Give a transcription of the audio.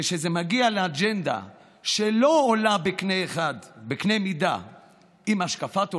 כשזה מגיע לאג'נדה שלא עולה בקנה אחד עם השקפת עולמם,